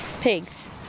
pigs